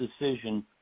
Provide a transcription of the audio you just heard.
decision